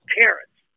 parents